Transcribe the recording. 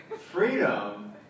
freedom